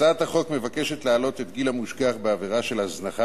הצעת החוק מבקשת להעלות את גיל המושגח בעבירה של הזנחה